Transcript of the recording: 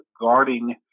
guarding